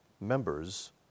members